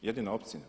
Jedina opcija?